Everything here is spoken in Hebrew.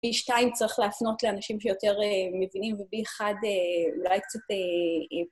בי שתיים צריך להפנות לאנשים שיותר מבינים, ובי אחד אולי קצת עם...